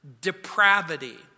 depravity